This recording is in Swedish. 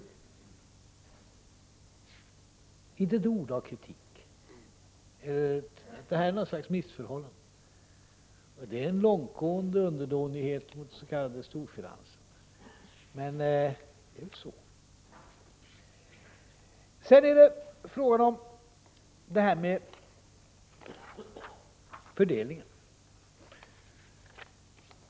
Jag hörde inte ett ord av kritik eller om att det fanns något slags missförhållande. Det är en långtgående underdånighet gentemot den s.k. storfinansen. Så är det. Sedan gäller det fördelningen.